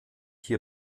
hier